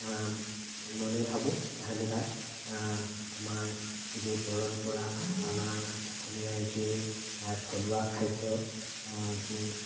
মনে ভাবোঁ কাহানিবা আমাৰ যি পৰম্পৰা আমাৰ অসমীয়াৰ যি থলুৱা খাদ্য যি